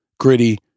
gritty